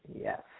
Yes